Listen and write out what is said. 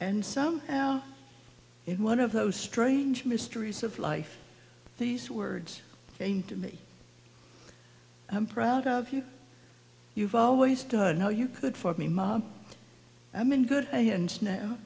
and some how in one of those strange mysteries of life these words came to me i'm proud of you you've always done how you could for me mom i'm in good hands now